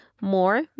more